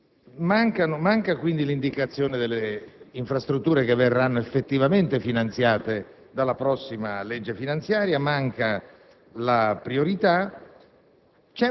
Manca quindi l'indicazione delle infrastrutture che verranno effettivamente finanziate dalla prossima legge finanziaria, manca la priorità.